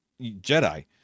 Jedi